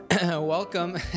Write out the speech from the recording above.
Welcome